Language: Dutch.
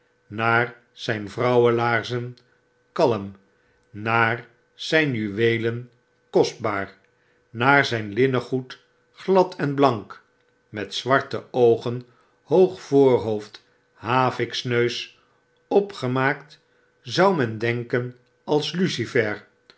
naar zp vrouwenlaarzen kalm naar zp juweelen kostbaar naar zp linnengoed gjad en blank met zwarte oogen hoog voorhoofd haviksneus opgemaakt zou men denken als